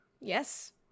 Yes